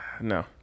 No